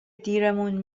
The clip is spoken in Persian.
دیرمون